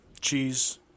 cheese